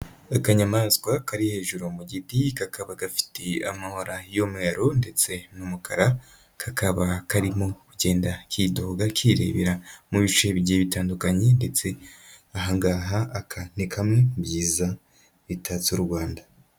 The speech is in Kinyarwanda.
Akanyamaswa kari hejuru mu giti kakaba gafite amabara y'umweru ndetse n'umukara, kakaba karimo kugenda kidoga kirebera mu bice bigiye bitandukanye ndetse aha ngaha aka ni kamwe mu byiza bitatse u Rwanda.